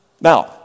Now